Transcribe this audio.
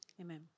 Amen